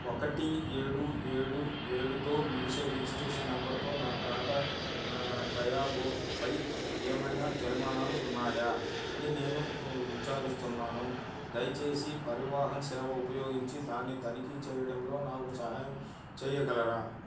ఒకటి ఏడు ఏడు ఏడుతో ముగిసే రిజిస్టేషన్ నంబర్తో నా టాటా టయాగోపై ఏమైన జరిమానాలు ఉన్నాయా అని నేను విచారిస్తున్నాను దయచేసి పరివాహన్ సేవ ఉపయోగించి దాన్ని తనిఖీ చేయడంలో నాకు సహాయం చేయగలరా